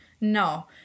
No